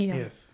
yes